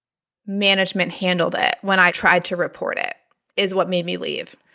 management handled it when i tried to report it is what made me leave.